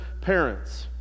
parents